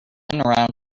around